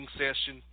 session